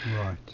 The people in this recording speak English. Right